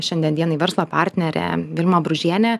šiandien dienai verslo partnere vilma bružiene